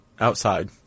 outside